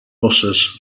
buses